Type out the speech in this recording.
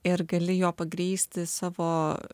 ir gali jo pagrįsti savo